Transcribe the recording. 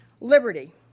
Liberty